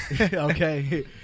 okay